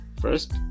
First